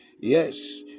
Yes